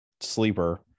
sleeper